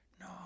No